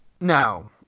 No